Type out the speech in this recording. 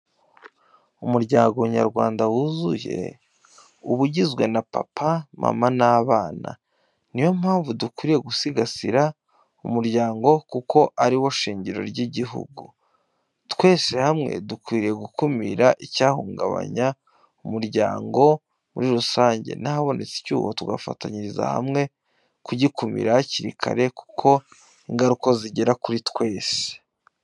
Umuryango nyarwanda wuzuye uba ugizwe na papa, mama n'abana, niyo mpamvu dukwiye gusigasira umuryango kuko ari wo shingiro ry'igihugu. Twese hamwe dukwiye gukumira icyahungabanya umuryango muri rusange n'ahabonetse icyuho tugafatanyiriza hamwe kugikumira hakiri kare kuko ingaruka zigera kuri twese.